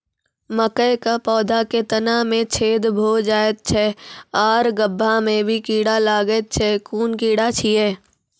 मकयक पौधा के तना मे छेद भो जायत छै आर गभ्भा मे भी कीड़ा लागतै छै कून कीड़ा छियै?